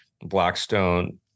Blackstone